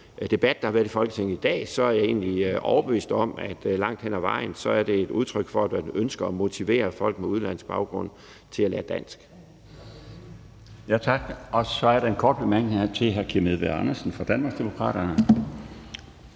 debat, der har været i Folketinget i dag, er jeg egentlig overbevist om, at det langt hen ad vejen er et udtryk for eller et ønske om at motivere folk med udenlandsk baggrund til at lære dansk. Kl. 14:03 Den fg. formand (Bjarne Laustsen): Tak. Så er der en kort bemærkning til hr. Kim Edberg Andersen fra Danmarksdemokraterne.